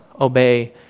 obey